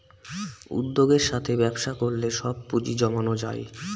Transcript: উদ্যোগের সাথে ব্যবসা করলে সব পুজিঁ জমানো হয়